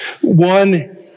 one